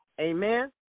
Amen